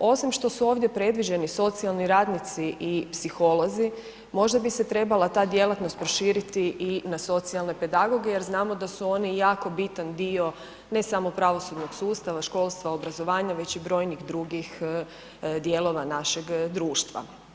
osim što su ovdje predviđeni socijalni radnici i psiholozi, možda bi se trebala ta djelatnost proširiti i na socijalne pedagoge jer znamo da su oni jako bitan dio, ne samo pravosudnog sustava, školstva, obrazovanja, već i brojnih drugih dijelova našeg društva.